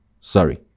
Sorry